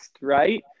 right